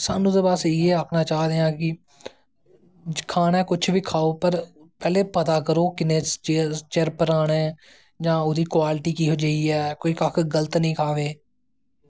ते साह्नू ते बस इयै आक्खनां चाह्दे आं कि खाना कुश बी खाओ पर पैह्लें पता करो किन्ना चिर पराना ऐ जां ओह्दा क्बालिटी केहो जेही ऐ कोई कक्ख गल्त नी खावे